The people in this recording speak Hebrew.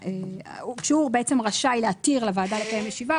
כשהוא רשאי להתיר לוועדה לקיים ישיבה,